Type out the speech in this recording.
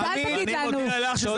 אנחנו גם הצבענו בעדו,